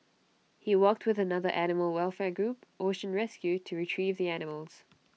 he worked with another animal welfare group ocean rescue to Retrieve the animals